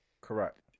Correct